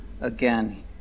again